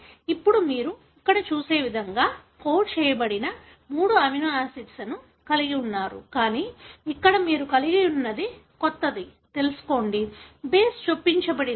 ఇప్పుడు మీరు ఇక్కడ చూసే విధంగా కోడ్ చేయబడిన మూడు అమినో ఆసిడ్స్ ను కలిగి ఉన్నారు కానీ ఇక్కడ మీరు కలిగి ఉన్నది కొత్తది తెలుసుకోండి బేస్ చొప్పించ బడింది